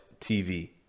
TV